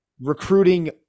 recruiting